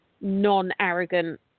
non-arrogant